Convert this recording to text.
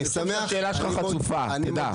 אני חושב שהשאלה שלך חצופה, תדע.